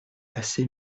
assez